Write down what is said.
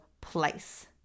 place